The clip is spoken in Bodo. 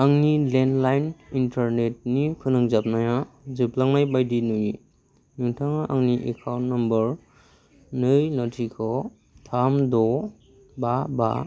आंनि लेन्डलाइन इन्टारनेटनि फोनांजाबनाया जोबलांनाय बायदि नुयो नोंथाङा आंनि एकाउन्ट नम्बर नै लाथिख' थाम द' बा बा